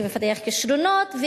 שמפתח כשרונות,